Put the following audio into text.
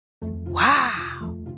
Wow